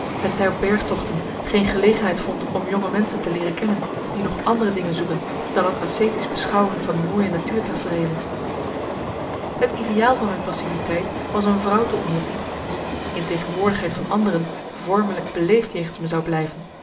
hetzij op bergtochten geen gelegenheid vond om jonge menschen te leeren kennen die nog andere dingen zoeken dan het ascetisch beschouwen van mooie natuurtafreelen het ideaal van mijn passiviteit was een vrouw te ontmoeten die in tegenwoordigheid van anderen vormelijk beleefd jegens me zou blijven